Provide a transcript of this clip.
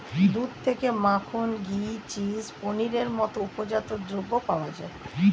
দুধ থেকে মাখন, ঘি, চিজ, পনিরের মতো উপজাত দ্রব্য পাওয়া যায়